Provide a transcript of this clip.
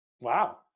Wow